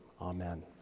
Amen